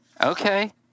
okay